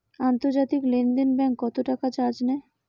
আন্তর্জাতিক লেনদেনে ব্যাংক কত টাকা চার্জ নেয়?